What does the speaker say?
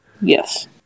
Yes